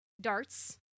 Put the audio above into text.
Darts